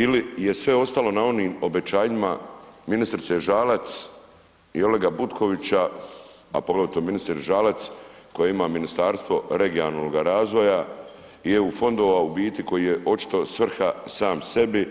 Ili je sve ostalo na onim obećanjima ministrice Žalac i Olega Butkovića, a poglavito ministrice Žalac koja ima Ministarstvo regionalnoga razvoja i EU fondova u biti koji je očito svrha sam sebi